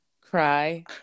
Cry